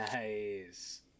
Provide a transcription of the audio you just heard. Nice